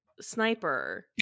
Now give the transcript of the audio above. Sniper